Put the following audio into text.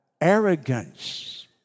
arrogance